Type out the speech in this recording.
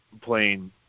playing